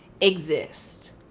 exist